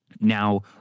Now